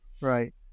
right